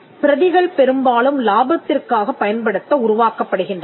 பிரதிகள் பெரும்பாலும் லாபத்திற்காகப் பயன்படுத்த உருவாக்கப்படுகின்றன